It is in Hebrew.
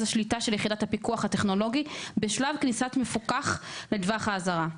השליטה של יחידת הפיקוח הטכנולוגי בשלב כניסת מפוקח לטווח האזהרה,